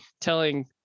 telling